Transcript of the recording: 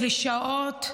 קלישאות,